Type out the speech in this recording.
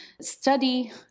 study